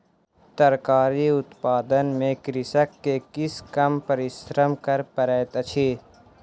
तरकारी उत्पादन में कृषक के किछ कम परिश्रम कर पड़ैत अछि